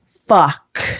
fuck